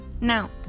Now